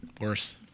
Worse